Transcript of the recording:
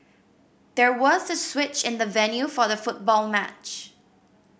there was a switch in the venue for the football match